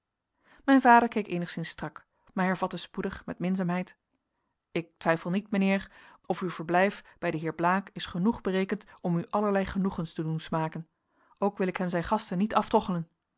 mijn vader keek eenigszins strak maar hervatte spoedig met minzaamheid ik twijfel niet mijnheer of uw verblijf bij den heer blaek is genoeg berekend om u allerlei genoegens te doen smaken ook wil ik hem zijn gasten niet aftroggelen